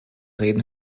reden